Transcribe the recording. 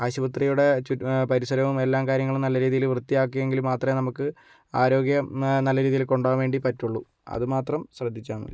ആശുപത്രിയുടെ പരിസരവും എല്ലാ കാര്യങ്ങളും നല്ല രീതിയിൽ വൃത്തിയാക്കിയെങ്കിൽ മാത്രമേ നമുക്ക് ആരോഗ്യം നല്ല രീതിയിൽ കൊണ്ടുപോവാൻ പറ്റുള്ളൂ അതു മാത്രം ശ്രദ്ധിച്ചാൽ മതി